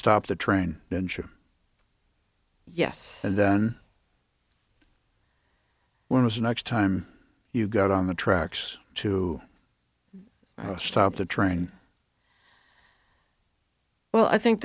stop the train and sure yes and then one of the next time you got on the tracks to stop the train well i think